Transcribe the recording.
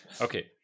Okay